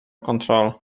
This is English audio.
control